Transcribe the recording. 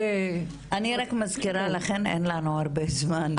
חברות הכנסת אני רק מזכירה לכן שאין לנו הרבה זמן.